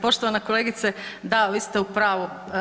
Poštovana kolegice da vi ste u pravu.